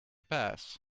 pass